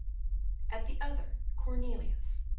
at the other, cornelius,